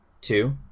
two